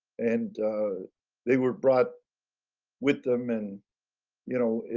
and they were brought with them and you know it,